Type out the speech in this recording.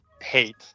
hate